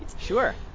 Sure